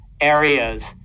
areas